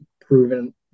proven